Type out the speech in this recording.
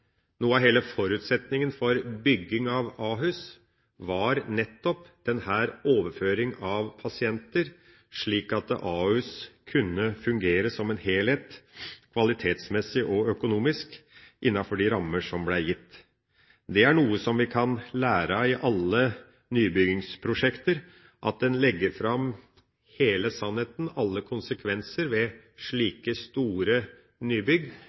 noe av hele forutsetninga for bygging av Ahus var nettopp denne overføringa av pasienter, slik at Ahus kunne fungere som en helhet kvalitetsmessig og økonomisk innenfor de rammer som ble gitt. Det er noe vi kan lære av i alle nybyggingsprosjekter at en legger fram hele sannheten – alle konsekvenser – ved slike store nybygg,